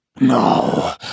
No